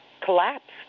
collapsed